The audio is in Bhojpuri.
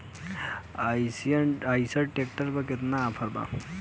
अइसन ट्रैक्टर पर केतना ऑफर बा?